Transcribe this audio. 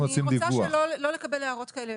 אני רוצה לא לקבל הערות כאלה,